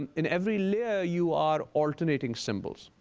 and in every layer you are alternating symbols.